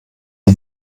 die